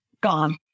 gone